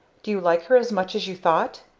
do you like her as much as you thought?